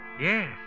Yes